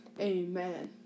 amen